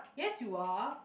yes you are